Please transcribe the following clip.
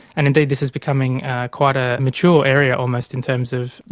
and indeed this is becoming quite a mature area almost in terms of, you